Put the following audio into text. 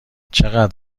چقدر